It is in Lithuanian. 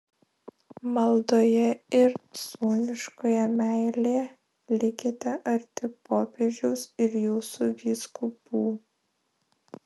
maldoje ir sūniškoje meilėje likite arti popiežiaus ir jūsų vyskupų